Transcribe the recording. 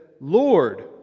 Lord